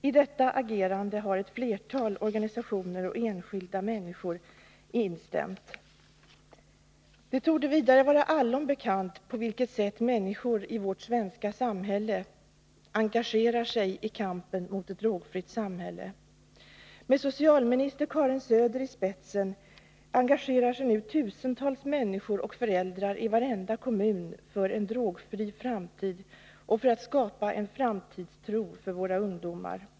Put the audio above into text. I detta agerande har ett flertal organisationer och enskilda människor instämt. Det torde vidare vara allom bekant på vilket sätt människor i vårt land engagerar sig i kampen för ett drogfritt samhälle. Med socialminister Karin Söder i spetsen engagerar sig nu tusentals människor, föräldrar och andra, i varenda kommun för en drogfri framtid och för att skapa en framtidstro hos våra ungdomar.